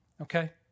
okay